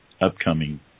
upcoming